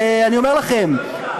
אני אומר לכם,